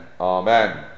Amen